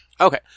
okay